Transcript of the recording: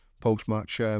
post-match